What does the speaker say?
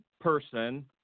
person